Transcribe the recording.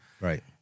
Right